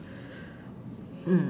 mm